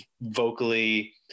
vocally